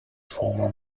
former